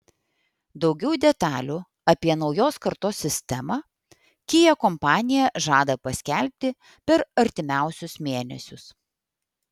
daugiau detalių apie naujos kartos sistemą kia kompanija žada paskelbti per artimiausius mėnesius